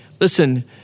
Listen